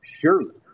surely